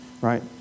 right